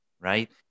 right